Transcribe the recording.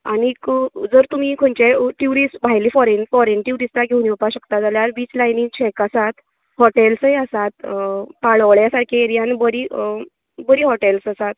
आनीक जर तुमी खंयच्याय ट्यूरिश्ट भायलें फोरन फोरन ट्यूरिश्टा घेवून येवपा सोदता जाल्यार बीच लायनीर शेकां आसात हॉटेल्सय आसात पाळोलें सागृरकी एरियान बरी बरी हॉटेल्स आसात